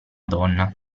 donna